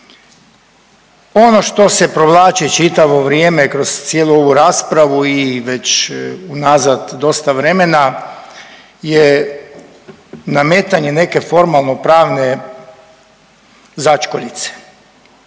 Ono što se provlači čitavo vrijeme kroz cijelu ovu raspravu i već unazad dosta vremena je nametanje neke formalnopravne začkoljice.